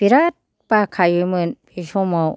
बिराद बाखायोमोन बे समाव